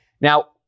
Now